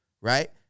right